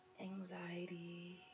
anxiety